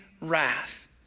wrath